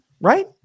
right